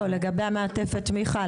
לא, זה רק לגבי מעטפת התמיכה.